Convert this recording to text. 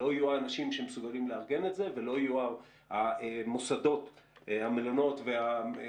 לא יהיו האנשים שמסוגלים לארגן את זה,